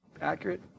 Accurate